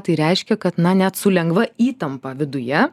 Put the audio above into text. tai reiškia kad na net su lengva įtampa viduje